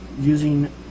using